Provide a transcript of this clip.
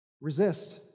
Resist